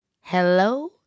hello